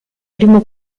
primo